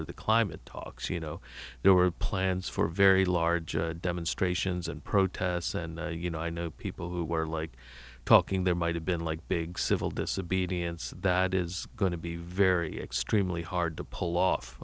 of the climate talks you know there were plans for very large demonstrations and protests and you know i know people who were like talking there might have been like big civil disobedience that is going to be very extremely hard to pull